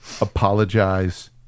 apologize